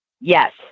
Yes